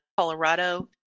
Colorado